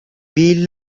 بيل